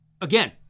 Again